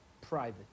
private